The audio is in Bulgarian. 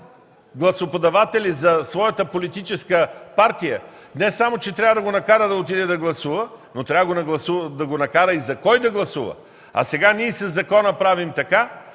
гласоподаватели за своята политическа партия, не само че трябва да го накара да отиде да гласува, но трябва да му каже и за кой да гласува, а сега ние със закона правим така,